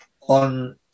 on